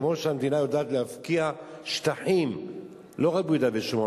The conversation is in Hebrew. כמו שהמדינה יודעת להפקיע שטחים לא רק ביהודה ושומרון